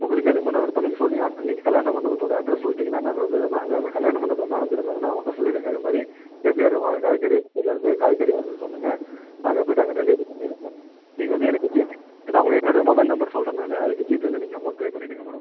உங்களுக்கு எது மேடம் விருப்பம் நீங்கள் சொன்னி நீங்கள் கல்யாண மண்டபத்தோட அட்ரெஸ் சொல்ட்டிங்னா நாங்கள் வந்து அங்கே அந்த கல்யாண மண்டபத்துல மேனேஜர் இருந்தாங்கன்னா அவங்கள்கிட்ட சொல்லிடுங்கள் இது மாதிரி கேபிஆர் காய்கறி மண்டிலிர்ந்து காய்கறி வருதுன்னு சொல்லுங்கள் நாங்கள் போய்ட்டு அங்கே டெலிவரி பண்ணிடுறோம் மேடம் நீங்கள் வந்து எனக்கு ஜிபே நான் உங்களுக்கு என்னுடைய மொபைல் நம்பர் சொல்றன் நான் அதுக்கு நீங்கள் ஜிபேல நீங்கள் அமௌன்ட் பே பண்ணிடுங்கள் மேடம்